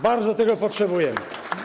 Bardzo tego potrzebujemy.